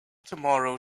tomorrow